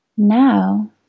Now